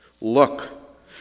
Look